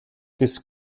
bis